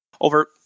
over